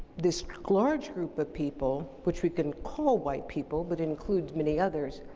this large group of people, which we can call white people but includes many others,